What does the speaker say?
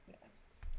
Yes